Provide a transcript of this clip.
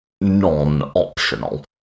non-optional